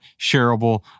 shareable